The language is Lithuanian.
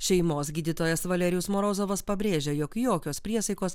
šeimos gydytojas valerijus morozovas pabrėžia jog jokios priesaikos